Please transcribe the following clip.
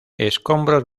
escombros